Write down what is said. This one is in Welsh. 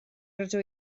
rydw